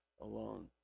alone